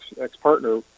ex-partner